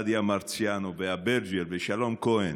להטיל אימה על נבחרי ציבור ואז להאשים את המתנגדים לה בפגיעה בדמוקרטיה.